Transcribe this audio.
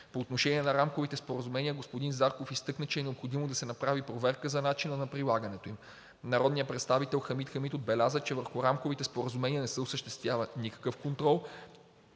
По отношение на рамковите споразумения господин Зарков изтъкна, че е необходимо да се направи проверка за начина на прилагането им. Народният представител Хамид Хамид отбеляза, че върху рамковите споразумения не се осъществява никакъв контрол,